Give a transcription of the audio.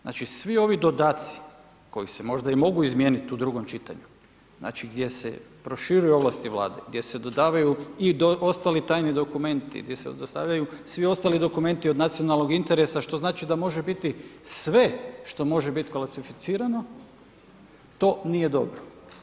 Znači svi ovi dodaci koji se možda i mogu izmijeniti u drugom čitanju znači gdje se proširuju ovlasti Vlade, gdje se dodaju i ostali tajni dokumenti, gdje se dostavljaju svi ostali dokumenti od nacionalnog interesa što znači da može biti sve što može biti klasificirano to nije dobro.